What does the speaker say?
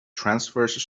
transverse